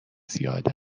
زیاد